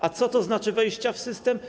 A co to znaczy: wejście w system?